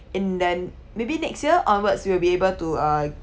in then maybe next year onwards we will be able to uh